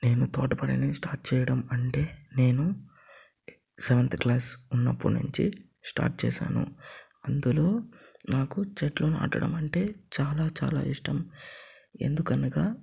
నేను తోట పనిని స్టార్ట్ చేయడం అంటే నేను సెవెంత్ క్లాస్ ఉన్నప్పుట్నుంచి స్టార్ట్ చేశాను అందులో నాకు చెట్లు నాటడం అంటే చాలా చాలా ఇష్టం ఎందుకనగా